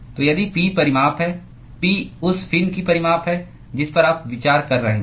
तो यदि P परिमाप है P उस फिन की परिमाप है जिस पर आप विचार कर रहे हैं